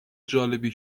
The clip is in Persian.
جالبی